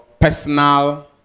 personal